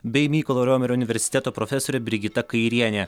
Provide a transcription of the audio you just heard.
bei mykolo romerio universiteto profesorė brigita kairienė